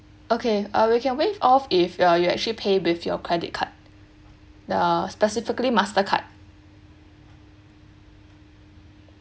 okay uh we can waive off if you uh you actually pay with your credit card uh specifically Mastercard